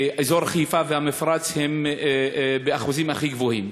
באזור חיפה והמפרץ הם באחוזים הכי גבוהים.